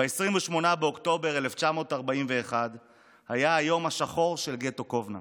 "ב-28 באוקטובר 1941 היה היום השחור של גטו קובנה.